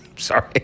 sorry